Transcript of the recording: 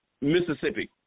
Mississippi